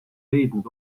leidnud